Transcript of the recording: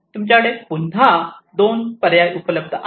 तुमच्याकडे पुन्हा दोन पर्याय उपलब्ध आहे